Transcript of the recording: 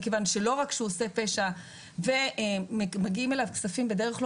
מכיוון שלא רק שהוא עושה פשע ומגיעים אליו כספים בדרך לא